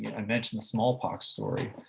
you know i mentioned the smallpox story.